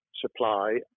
supply